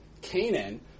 Canaan